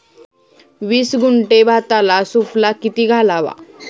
वीस गुंठे भाताला सुफला किती घालावा?